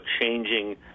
changing